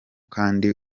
kandi